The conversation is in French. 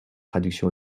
traduction